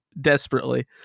desperately